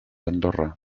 andorra